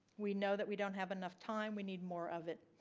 we know that we don't have enough time we need more of it.